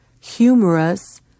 humorous